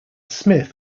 smith